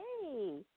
Hey